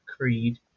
Creed